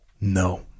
No